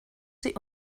sie